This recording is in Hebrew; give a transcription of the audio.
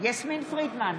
יסמין פרידמן,